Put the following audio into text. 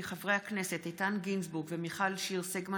כי חברי הכנסת איתן גינזבורג ומיכל שיר סגמן